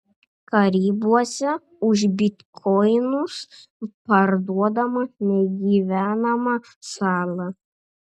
karibuose už bitkoinus parduodama negyvenama sala